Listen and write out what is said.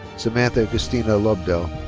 samantha gustina lobdell.